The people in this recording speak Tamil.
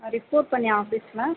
ரிப்போர்ட் பண்ணீயா ஆஃபீஸில்